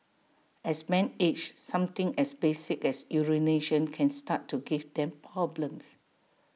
as men age something as basic as urination can start to give them problems